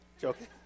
joking